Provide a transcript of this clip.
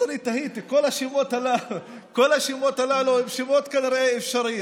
ואז אני תהיתי: כל השמות הללו הם כנראה שמות אפשריים.